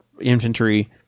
infantry